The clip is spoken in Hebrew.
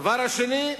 הדבר השני: